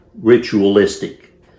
ritualistic